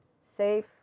safe